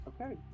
Okay